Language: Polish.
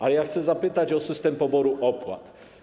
Ale ja chcę zapytać o system poboru opłat.